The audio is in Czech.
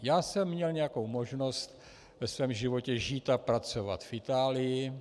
Já jsem měl nějakou možnost ve svém životě žít a pracovat v Itálii.